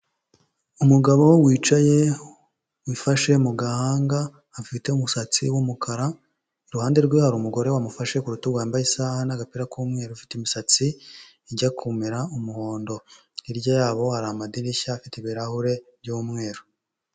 Umugabo wicaye wifashe mu gahanga, afite umusatsi w'umukara, iruhande rwe hari umugore wamufashe ku rutugu, wambaye isaha n'agapira k'umweru, ufite imisatsi ijya kumera umuhondo, hirya yabo hari amadirishya, afite ibirahure by'umweru.